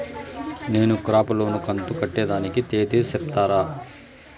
నేను crop loan కంతు కట్టేదానికి తేది సెప్తారా?